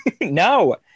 no